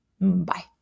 bye